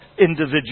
individuals